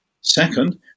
Second